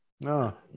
No